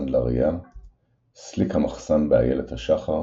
הסנדלריה סליק המחסן באיילת השחר